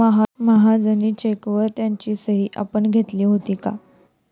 महाजनी चेकवर त्याची सही आपण घेतली होती का?